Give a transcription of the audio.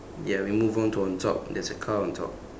ya we move on to on top there's a car on top